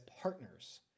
partners